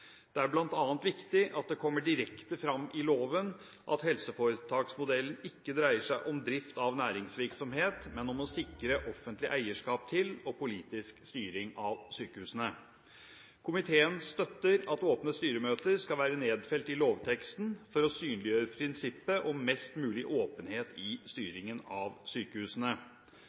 Det er bl.a. viktig at det kommer direkte fram i loven at helseforetaksmodellen ikke dreier seg om drift av næringsvirksomhet, men om å sikre offentlig eierskap til og politisk styring av sykehusene. Komiteen støtter at åpne styremøter skal være nedfelt i lovteksten for å synliggjøre prinsippet om mest mulig åpenhet i styringen av sykehusene.